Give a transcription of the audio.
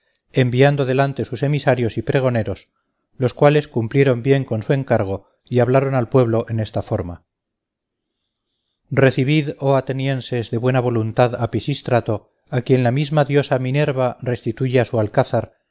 enviando delante sus emisarios y pregoneros los cuales cumplieron bien con su encargo y hablaron al pueblo en esta forma recibid oh atenienses de buena voluntad a pisístrato a quien la misma diosa minerva restituye a su alcázar